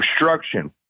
obstruction